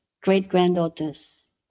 great-granddaughters